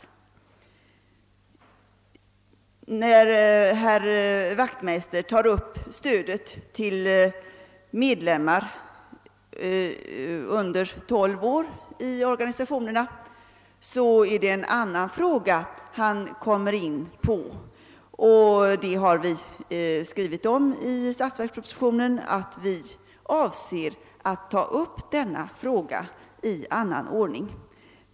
När herr Wachtmeister tar upp stödet till medlemmar under 12 år i organisationerna, så kommer han in på en annan fråga. Vi har i statsverkspropositionen skrivit att vi avser att ta upp denna fråga i annan ordning.